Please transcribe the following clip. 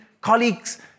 colleagues